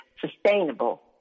sustainable